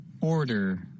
Order